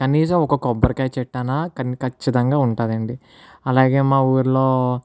కనీసం ఒక కొబ్బరి కాయ చెట్టు అయినా ఖచ్చితంగా ఉంటుంది అండి అలాగే మా ఊరిలో